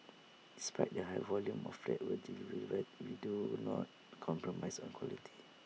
despite the high volume of flats we we do not compromise on quality